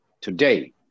Today